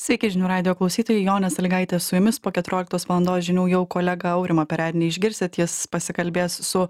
sveiki žinių radijo klausytojai jonė salygaitė su jumis po keturioliktos valandos žinių jau kolegą aurimą perednį išgirsit jis pasikalbės su